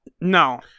No